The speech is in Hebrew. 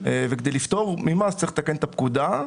וכדי לפטור ממס צריך לתקן את הפקודה,